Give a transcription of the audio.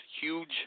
huge